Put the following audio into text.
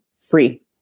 free